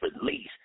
Release